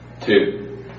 Two